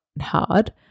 hard